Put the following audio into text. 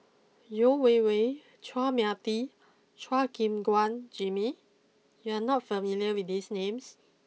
Yeo Wei Wei Chua Mia Tee Chua Gim Guan Jimmy you are not familiar with these names